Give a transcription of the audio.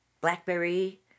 blackberry